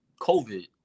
COVID